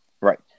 Right